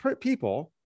people